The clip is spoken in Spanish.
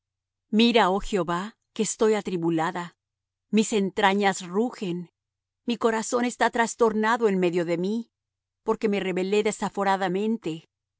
mira oh jehová que estoy atribulada mis entrañas rugen mi corazón está trastornado en medio de mí porque me rebelé desaforadamente